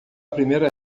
primeira